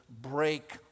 break